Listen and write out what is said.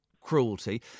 cruelty